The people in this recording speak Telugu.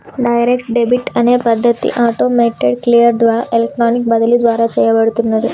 డైరెక్ట్ డెబిట్ అనే పద్ధతి ఆటోమేటెడ్ క్లియర్ ద్వారా ఎలక్ట్రానిక్ బదిలీ ద్వారా చేయబడుతున్నాది